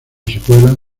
secuela